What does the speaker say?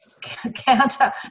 counter